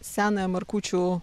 senąją markučių